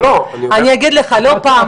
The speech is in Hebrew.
אני אגיד לך, זה